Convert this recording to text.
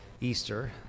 Easter